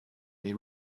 they